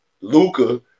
Luca